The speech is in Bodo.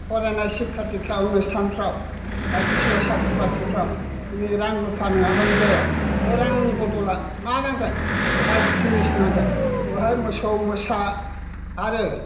फरायनाय सिखा दिखा अनुस्थानफ्राव बायदिसिना साख्रि बाख्रिफ्राव दिनै रां रुफा नङाब्लानो जाया बे रांनि बदला मा नांगोन बहा जिनिस नांगोन बहा मोसौ मोसा आरो